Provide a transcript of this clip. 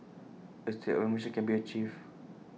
A state of remission can be achieved